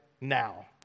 Now